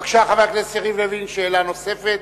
בבקשה, חבר הכנסת לוין, שאלה נוספת.